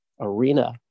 Arena